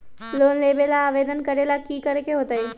Loan लेबे ला आवेदन करे ला कि करे के होतइ?